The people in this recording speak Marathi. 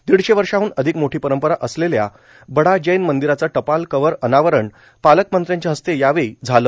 दीडशे वर्षांहन अधिक मोठी परंपरा असलेल्या बडा जैन मंदिराच टपाल कव्हर अनावरण पालकमंत्र्यांच्या हस्ते यावेळी झाल